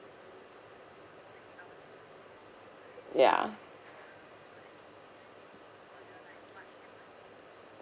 ya